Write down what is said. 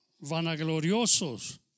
vanagloriosos